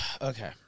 okay